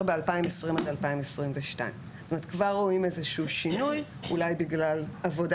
ב-2020 עד 2022. כבר רואים איזשהו שינוי אולי בגלל עבודה